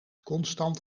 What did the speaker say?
constant